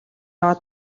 аваад